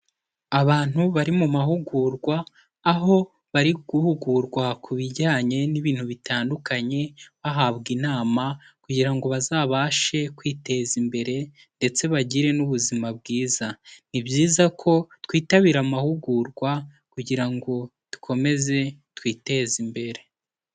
Abantu bari mu mahugurwa, aho bari guhugurwa ku bijyanye n'ibintu bitandukanye, bahabwa inama kugira ngo bazabashe kwiteza imbere ndetse bagire n'ubuzima bwiza. Ni byiza ko twitabira amahugurwa kugira ngo dukomeze twiteze imbere.